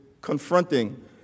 confronting